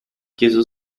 chiesto